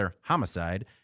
homicide